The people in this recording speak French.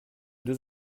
deux